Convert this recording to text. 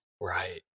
right